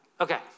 Okay